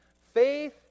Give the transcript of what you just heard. Faith